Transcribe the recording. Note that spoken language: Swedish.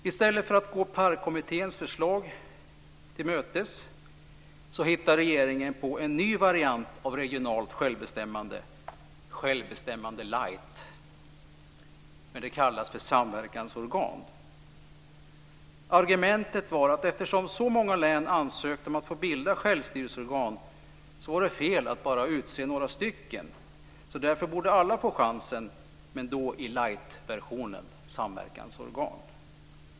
I stället för gå PARK:s förslag till mötes hittade regeringen på en ny variant av regionalt självbestämmande, "självbestämmande light", som kallas samverkansorgan. Argumentet var att eftersom så många län ansökt om att få bilda självstyrelseorgan var det fel att bara utse några stycken. Därför borde alla få chansen men då i light-versionen samverkansorgan.